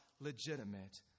legitimate